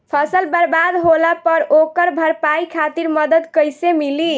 फसल बर्बाद होला पर ओकर भरपाई खातिर मदद कइसे मिली?